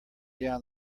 down